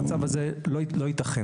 המצב הזה לא יתכן.